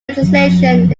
legislation